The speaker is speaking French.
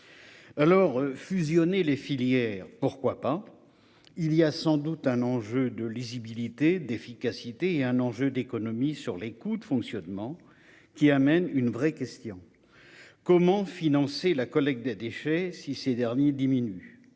Alors, fusionner les filières, pourquoi pas ? Il y a sans doute un enjeu de lisibilité, d'efficacité et d'économie sur les coûts de fonctionnement qui pose une vraie question : comment financer la collecte des déchets si ces deniers diminuent ?